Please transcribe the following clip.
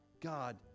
God